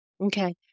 Okay